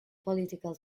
political